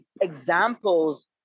examples